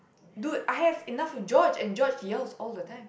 dude I have enough of George and George yells all the time